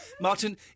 Martin